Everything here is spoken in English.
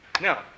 Now